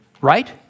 right